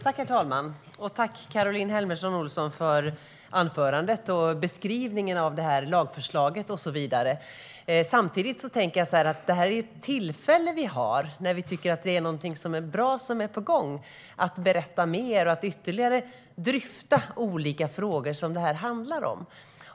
Herr talman! Jag tackar Caroline Helmersson Olsson för anförandet med en beskrivning av detta lagförslag och så vidare, och jag tänker att när vi nu har något bra på gång har vi ett tillfälle att berätta mer och ytterligare dryfta olika frågor som detta handlar om.